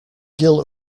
gill